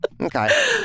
Okay